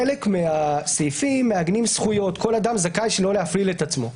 חלק מהסעיפים מעגנים זכויות כל אדם זכאי שלא להפליל עצמו.